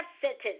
sentence